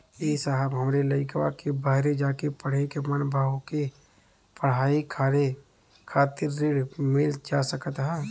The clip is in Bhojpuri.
ए साहब हमरे लईकवा के बहरे जाके पढ़े क मन बा ओके पढ़ाई करे खातिर ऋण मिल जा सकत ह?